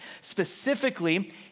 Specifically